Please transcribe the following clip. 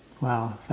Wow